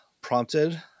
prompted